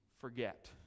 forget